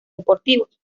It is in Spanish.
deportivos